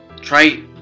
Try